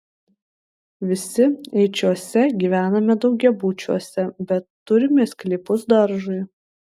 visi eičiuose gyvename daugiabučiuose bet turime sklypus daržui